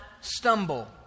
stumble